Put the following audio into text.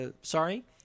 sorry